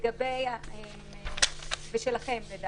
ושלכם.